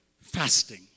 fasting